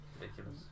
ridiculous